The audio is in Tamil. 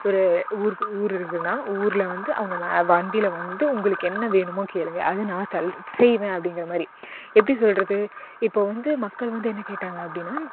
ஒரு ஊரு ஊர் இருக்குதுன்னா ஊரில் வந்து அவங்க வ வண்டியில் வந்து உங்களுக்கு என்ன வேணுமோ கேளுங்கள் அது நான் த செய்வேன் அப்படிங்கிற மாதிரி எப்படி சொல்கிறது இப்போ வந்து மக்கள் வந்து என்ன கேட்டாங்க அப்படின்னா